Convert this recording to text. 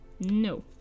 No